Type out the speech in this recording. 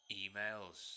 emails